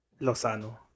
Lozano